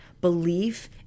belief